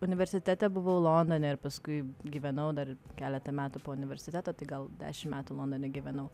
universitete buvau londone ir paskui gyvenau dar keletą metų po universiteto tai gal dešimt metų londone gyvenau